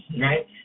right